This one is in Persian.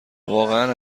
واقعا